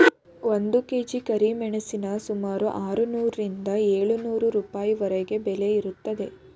ಒಂದು ಕೆ.ಜಿ ಕರಿಮೆಣಸಿನ ಸುಮಾರು ಆರುನೂರರಿಂದ ಏಳು ನೂರು ರೂಪಾಯಿವರೆಗೆ ಬೆಲೆ ಇರುತ್ತದೆ